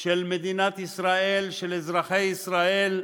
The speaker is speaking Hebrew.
של מדינת ישראל, של אזרחי ישראל,